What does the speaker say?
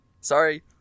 Sorry